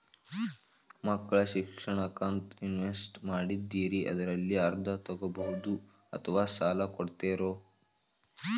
ಮಕ್ಕಳ ಶಿಕ್ಷಣಕ್ಕಂತ ಇನ್ವೆಸ್ಟ್ ಮಾಡಿದ್ದಿರಿ ಅದರಲ್ಲಿ ಅರ್ಧ ತೊಗೋಬಹುದೊ ಅಥವಾ ಸಾಲ ಕೊಡ್ತೇರೊ?